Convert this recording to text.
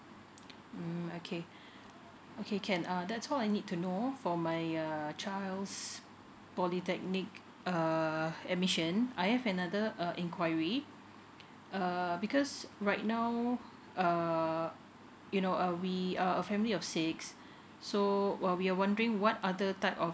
mm okay okay can uh that's all I need to know for my uh child's polytechnic uh admission I have another uh inquiry err because right now uh you know uh we are a family of six so we are wondering what other type of